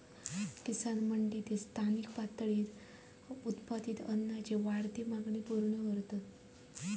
किसान मंडी ते स्थानिक पातळीवर उत्पादित अन्नाची वाढती मागणी पूर्ण करतत